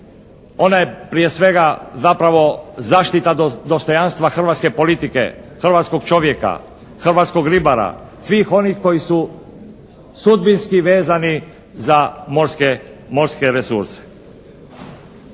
ona je prije svega zapravo zaštita dostojanstva hrvatske politike, hrvatskog čovjeka, hrvatskog ribara, svih onih koji su sudbinski vezani za morske resurse.